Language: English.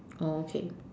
oh okay